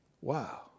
Wow